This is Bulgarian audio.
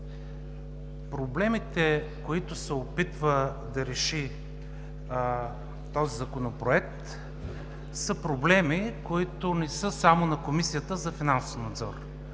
Проблемите, които се опитва да реши този Законопроект, са проблеми, които не са само на Комисията за финансов надзор.